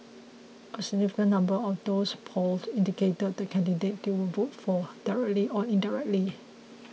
a significant number of those polled indicated the candidate they would vote for directly or indirectly